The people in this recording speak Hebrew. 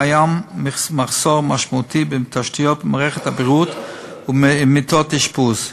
קיים מחסור משמעותי בתשתיות מערכת הבריאות ובמיטות אשפוז.